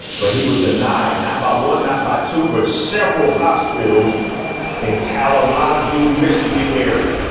but he was denied not by one, not by two, but several hospitals in kalamazoo, michigan area.